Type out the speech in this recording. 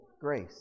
grace